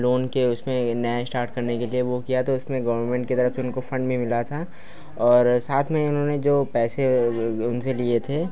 loan के उसमें ये नया इश्टार्ट करने के लिए वो किया तो इसमें गौरमेन्ट के द्वारा फिर उनको फ़ंड भी मिला था और साथ में उन्होंने जो पैसे उनसे लिए थे